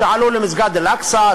שעלו למסגד אל-אקצא,